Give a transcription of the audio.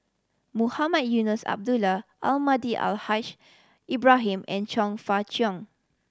Mohamed Eunos Abdullah Almahdi Al Haj Ibrahim and Chong Fah Cheong